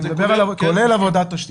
כולל עבודת תשתית.